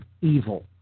evil